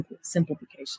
simplification